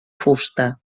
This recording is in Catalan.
fusta